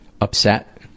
upset